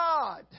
God